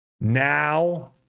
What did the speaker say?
Now